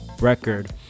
record